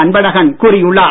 அன்பழகன் கூறியுள்ளார்